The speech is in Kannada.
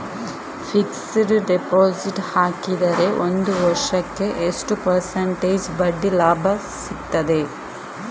ಫಿಕ್ಸೆಡ್ ಡೆಪೋಸಿಟ್ ಹಾಕಿದರೆ ಒಂದು ವರ್ಷಕ್ಕೆ ಎಷ್ಟು ಪರ್ಸೆಂಟೇಜ್ ಬಡ್ಡಿ ಲಾಭ ಸಿಕ್ತದೆ?